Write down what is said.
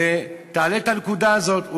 ותעלה את הנקודה הזאת.